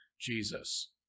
Jesus